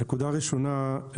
נקודה ראשונה,